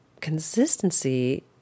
consistency